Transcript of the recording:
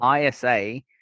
isa